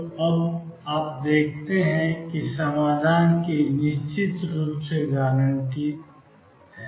तो अब आप देखते हैं कि एक समाधान की निश्चित रूप से गारंटी है